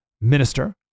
minister